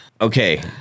Okay